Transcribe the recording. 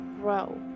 grow